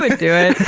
like do it.